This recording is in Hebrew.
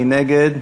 מי נגד?